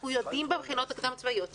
אנחנו יודעים שזה עבד במכינות הקדם-צבאיות.